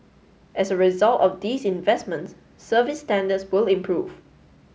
as a result of these investments service standards will improve